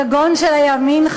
הגנון של הימין,